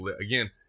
again